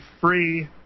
free